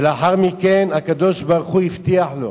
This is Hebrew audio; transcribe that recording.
ולאחר מכן הקדוש-ברוך-הוא הבטיח לו: